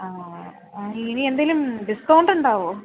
ആ ആ ഇനി എന്തെങ്കിലും ഡിസ്കൗണ്ട് ഉണ്ടാവുമോ